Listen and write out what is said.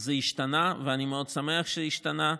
זה השתנה, ואני מאוד שמח שהשתנה,